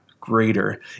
greater